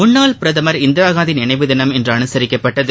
முன்னாள் பிரதமர் இந்திராகாந்தியின் நினைவு தினம் இன்று அனுசரிக்கப்பட்டது